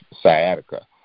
sciatica